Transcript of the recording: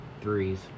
threes